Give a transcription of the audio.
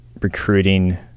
recruiting –